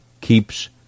Keeps